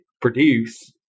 produce